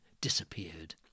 disappeared